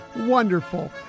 wonderful